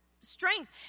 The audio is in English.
strength